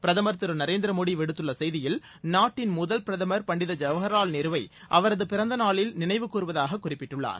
பிரதமர் திரு நரேந்திர மோடி விடுத்துள்ள செய்தியில் நாட்டின் முதல் பிரதமர் பண்டித ஜவஹர்லால் நேருவை அவரது பிறந்த நாளில் நாடு நினைவுகூர்வதாக குறிப்பிட்டுள்ளார்